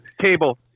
Cable